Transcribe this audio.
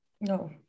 No